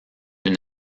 une